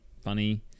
funny